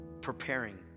preparing